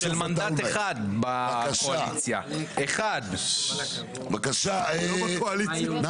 כבוד היושב ראש, אני